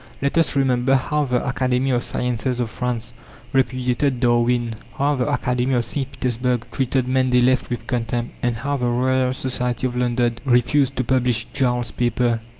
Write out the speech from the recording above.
let us remember how the academy of sciences of france repudiated darwin, how the academy of st. petersburg treated mendeleeff with contempt, and how the royal society of london refused to publish joule's paper,